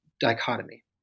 dichotomy